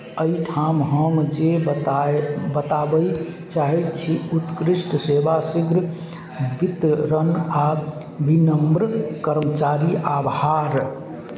एहिठाम हम जे बताए बताबय चाहैत छी उत्कृष्ट सेवा शीघ्र वितरण आ विनम्र कर्मचारी आभार